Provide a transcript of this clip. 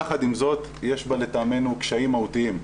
יחד עם זאת יש בה לטעמנו קשיים מהותיים.